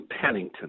Pennington